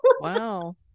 wow